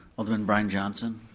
alderman brian johnson.